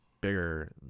bigger